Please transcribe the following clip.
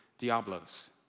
diablos